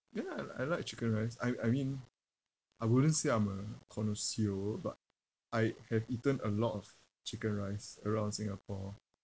ya I l~ I like chicken rice I I mean I wouldn't say I'm a connoisseur but I have eaten a lot of chicken rice around singapore